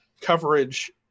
coverage